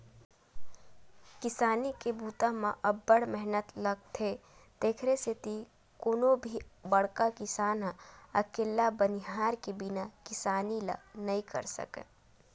किसानी के बूता म अब्ब्ड़ मेहनत लोगथे तेकरे सेती कोनो भी बड़का किसान ह अकेल्ला बनिहार के बिना किसानी ल नइ कर सकय